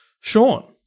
Sean